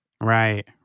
Right